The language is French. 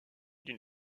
d’une